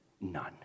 None